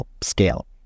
scale